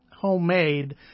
homemade